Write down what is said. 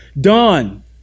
done